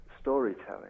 storytelling